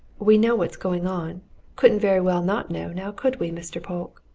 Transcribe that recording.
we know what's going on couldn't very well not know, now could we, mr. polke?